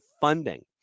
funding